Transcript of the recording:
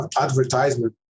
advertisement